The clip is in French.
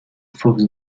fox